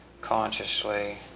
consciously